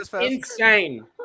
insane